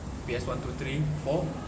P_S one two three four